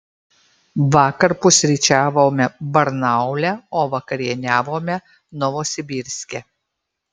vakar pusryčiavome barnaule o vakarieniavome novosibirske